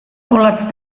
olatz